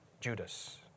Judas